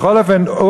בכל אופן,